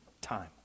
time